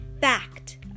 Fact